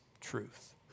truth